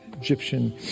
Egyptian